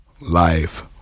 life